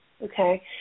Okay